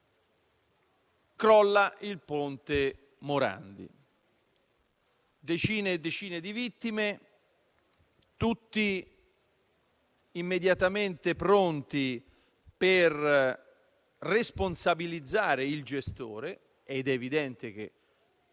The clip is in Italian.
crolla il ponte Morandi, decine e decine le vittime; tutti immediatamente pronti per responsabilizzare il gestore e, fermo restando che